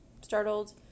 startled